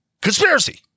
Conspiracy